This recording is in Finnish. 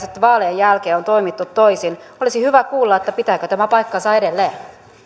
sitten vaalien jälkeen on toimittu toisin olisi hyvä kuulla pitääkö tämä paikkansa edelleen